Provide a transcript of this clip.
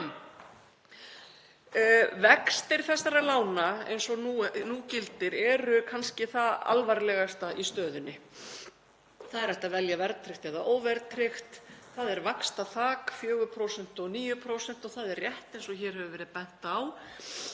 Vextir þessara lána eins og nú gildir eru kannski það alvarlegasta í stöðunni. Það er hægt að velja verðtryggt eða óverðtryggt, það er vaxtaþak, 4% og 9%, og það er rétt, eins og hér hefur verið bent á,